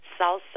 salsa